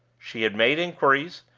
she had made inquiries,